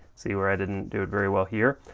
see where i didn't do it very well here,